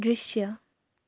दृश्य